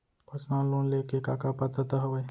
Personal loan ले के का का पात्रता का हवय?